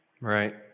Right